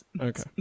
Okay